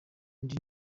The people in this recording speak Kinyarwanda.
undi